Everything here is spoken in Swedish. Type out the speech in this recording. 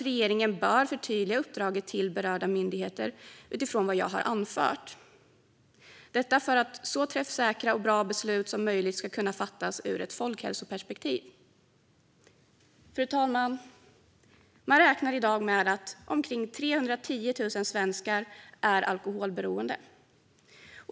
Regeringen bör förtydliga uppdraget till berörda myndigheter utifrån vad jag har anfört för att så träffsäkra och bra beslut som möjligt ska kunna fattas ur ett folkhälsoperspektiv. Fru talman! Man räknar i dag med att omkring 310 000 svenskar är alkoholberoende.